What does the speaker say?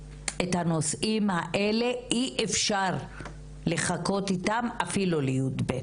הנושאים האלה אי אפשר לחכות איתם אפילו לא עד ל-יב'.